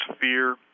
fear